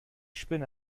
spinne